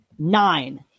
Nine